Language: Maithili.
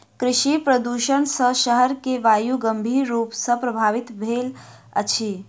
कृषि प्रदुषण सॅ शहर के वायु गंभीर रूप सॅ प्रभवित भेल अछि